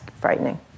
frightening